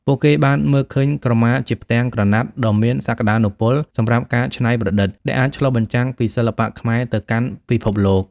ពួកគេបានមើលឃើញក្រមាជាផ្ទាំងក្រណាត់ដ៏មានសក្តានុពលសម្រាប់ការច្នៃប្រឌិត ដែលអាចឆ្លុះបញ្ចាំងពីសិល្បៈខ្មែរទៅកាន់ពិភពលោក។